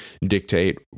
dictate